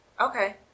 Okay